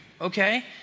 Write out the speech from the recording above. Okay